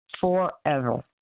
forever